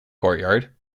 courtyard